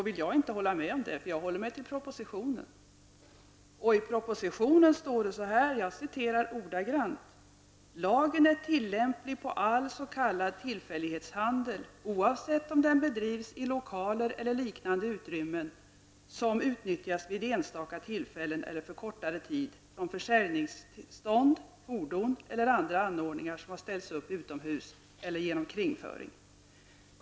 Men jag instämmer inte i det, utan jag håller mig till det som står i propositionen: ''Lagen är tillämplig på all s.k. tillfällighetshandel, oavsett om den bedrivs i lokaler eller liknande utrymmen som utnyttjas vid enstaka tillfällen eller för kortare tid, från försäljningsstånd, fordon eller andra anordningar som har ställts upp utomhus eller genom kringföring.